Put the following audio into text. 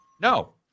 no